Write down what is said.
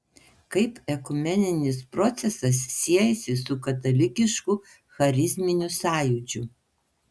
kaip ekumeninis procesas siejasi su katalikišku charizminiu sąjūdžiu